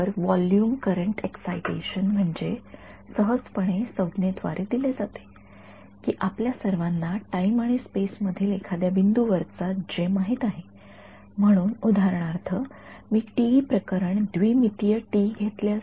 तर volume current excitation सहजपणे संज्ञेद्वारे दिले जाते की आपल्या सर्वांना टाईम आणि स्पेस मधील एखाद्या बिंदू वरचा जे माहित आहे म्हणून उदाहरणार्थ मी टीई प्रकरण द्विमितीय टीई घेतल्यास